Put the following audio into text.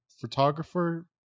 Photographer